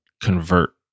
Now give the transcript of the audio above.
convert